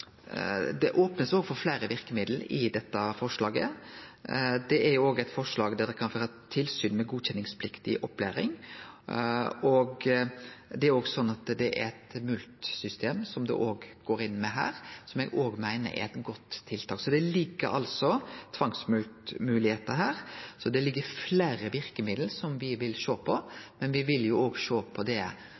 det i løpet av debatten. Det blir opna for fleire verkemiddel i dette forslaget. Det er eit forslag om å føre tilsyn med godkjenningspliktig opplæring. Ein går òg inn med eit mulktsystem som eg meiner er eit godt tiltak. Det er mogleg med tvangsmulkt. Det ligg fleire verkemiddel som me vil sjå på, men me vil òg sjå på det